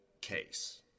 case